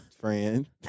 friend